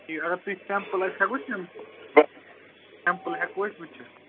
ٹھیٖک اَگر تُہۍ سیٮمپُل أسۍ ہٮ۪کو ہیٚلو سیمٮ۪پُل ہٮ۪کو أسۍ وُچھِتھ